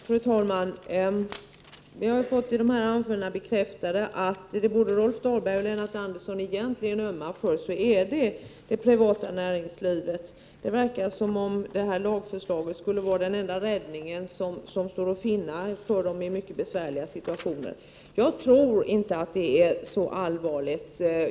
Fru talman! Vi har i debatten fått bekräftat att vad både Rolf Dahlberg och Lennart Andersson egentligen ömmar för är det privata näringslivet. Det verkar som om detta lagförslag skulle vara den enda räddning som står att finna i mycket besvärliga situationer. Jag tror inte att det är så allvarligt.